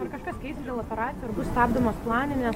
ar kažkas keisis dėl operacijų ar bus stabdomos planinės